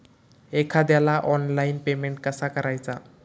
एखाद्याला online payment कसा करायचा?